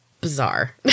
bizarre